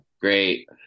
great